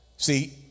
See